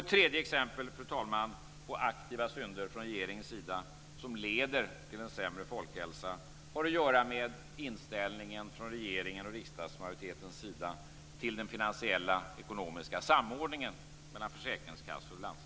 Ett tredje exempel på aktiva synder från regeringens sida som leder till en sämre folkhälsa har att göra med inställningen från regeringen och riksdagsmajoritetens sida till den finansiella ekonomiska samordningen mellan försäkringskassor och landsting.